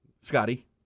Scotty